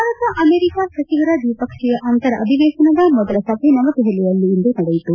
Bharat America ಸಚಿವರ ದ್ವಿಪಕ್ಷೀಯ ಅಂತರ ಅಧಿವೇಶನದ ಮೊದಲ ಸಭೆ ನವದೆಹಲಿಯಲ್ಲಿಂದು ನಡೆಯಿತು